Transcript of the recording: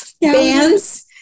bands